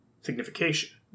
signification